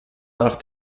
nach